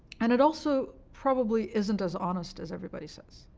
and it also probably isn't as honest as everybody says,